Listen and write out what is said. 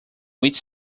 each